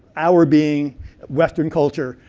our being western culture,